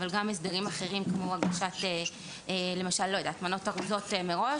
אבל גם הסדרים אחרים כמו הגשה למשל מנות ארוזות מראש